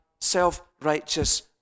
self-righteous